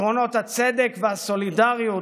עקרונות הצדק והסולידריות,